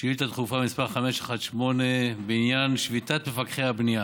שאילתה דחופה מס' 518, בעניין שביתת מפקחי הבנייה.